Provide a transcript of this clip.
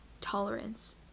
tolerance